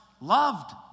loved